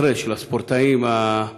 היום שאחרי של הספורטאים האולימפיים